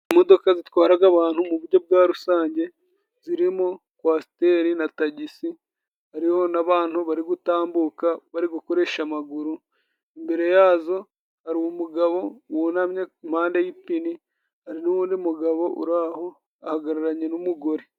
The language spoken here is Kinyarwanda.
Imodoka zitwara abantu mu buryo bwa rusange, zirimo kwasiteri na tagisi ,hariho n'abantu bari gutambuka bari gukoresha amaguru, imbere yazo hari umugabo wunamyemanda y'ipine, hari n'undi mugabo uraho ahagararanye n'umugore.